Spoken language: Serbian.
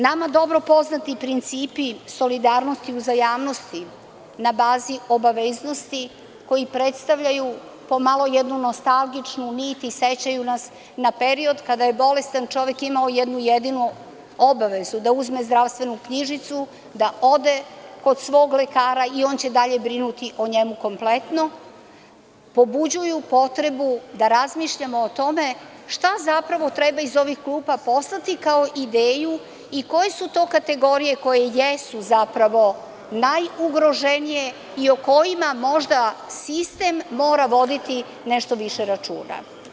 Nama dobro poznati principi solidarnosti, uzajamnosti na bazi obaveznosti koji predstavljaju pomalo jednu nostalgičnu nit i sećaju nas na period kada je bolestan čovek imao jednu jedinu obavezu da uzme zdravstvenu knjižicu, da ode kod svog lekara koji će dalje brinuti o njemu kompletno pobuđuju potrebu da razmišljamo o tome šta zapravo treba iz ovih klupa poslati kao ideju i koje su to kategorije koje jesu zapravo najugroženije i o kojima možda sistem mora voditi nešto više računa.